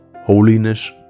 holiness